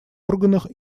органах